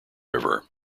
river